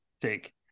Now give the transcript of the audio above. take